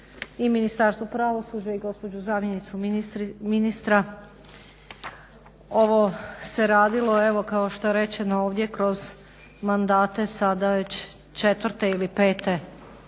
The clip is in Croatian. i Ministarstvo pravosuđa i gospođu zamjenicu ministra ovo se radilo evo kao što je rečeno ovdje kroz mandate sada već 4. ili